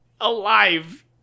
alive